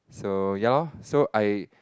so ya lor so I